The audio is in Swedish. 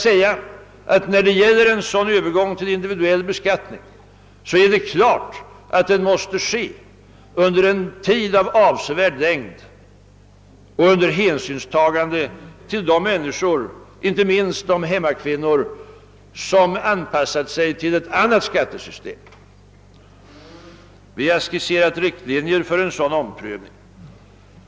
En sådan övergång till individuell beskattning måste naturligtvis ske under en tid av avsevärd längd och med hänsynstagande till de människor — inte minst hemmakvinnor — som anpassat sig till ett annat skattesystem. Vi har skisserat riktlinjer för en sådan omprövning.